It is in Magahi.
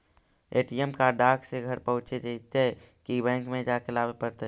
ए.टी.एम कार्ड डाक से घरे पहुँच जईतै कि बैंक में जाके लाबे पड़तै?